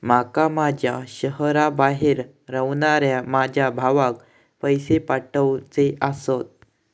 माका माझ्या शहराबाहेर रव्हनाऱ्या माझ्या भावाक पैसे पाठवुचे आसा